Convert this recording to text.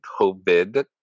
COVID